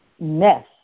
mess